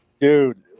dude